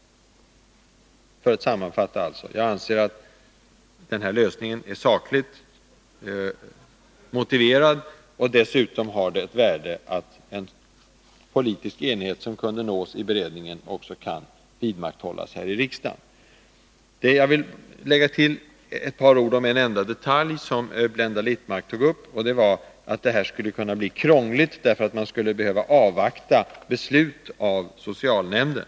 Sammanfattningsvis anser jag alltså att den föreslagna lösningen är sakligt motiverad och att det dessutom har ett värde att den politiska enighet som kunde nås i beredningen också kan vidmakthållas här i riksdagen. Jag vill utöver detta säga några ord om en detalj som Blenda Littmarck tog upp, och det var att förfarandet skulle kunna bli krångligt, eftersom man skulle behöva avvakta beslut av socialnämnden.